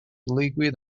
liquid